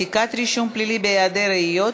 מחיקת רישום פלילי בהיעדר ראיות),